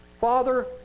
Father